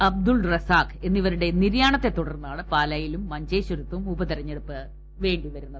അബ്ദുൾ റസാഖ് എന്നിവരുടെ നിര്യാണത്തെ തുടർന്നാണ് പാലയിലും മഞ്ചേശ്വരത്തും ഉപതിരഞ്ഞെടുപ്പ് വേണ്ടിവരുന്നത്